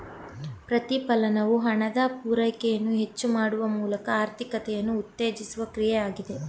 ಪ್ರತಿಫಲನವು ಹಣದ ಪೂರೈಕೆಯನ್ನು ಹೆಚ್ಚು ಮಾಡುವ ಮೂಲಕ ಆರ್ಥಿಕತೆಯನ್ನು ಉತ್ತೇಜಿಸುವ ಕ್ರಿಯೆ ಆಗಿದೆ